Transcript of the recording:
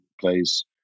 plays